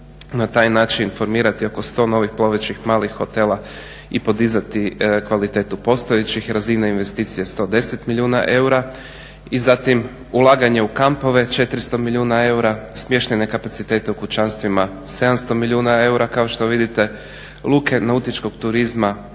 na taj način formirati oko 100 novih plovećih malih hotela i podizati kvalitetu postojećih razina investicija 110 milijuna eura. I zatim ulaganje u kampove 400 milijuna eura, smještajne kapacitete u kućanstvima 700 milijuna eura kao što vidite, luke nautičkog turizma